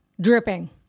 dripping